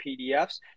PDFs